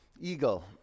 Eagle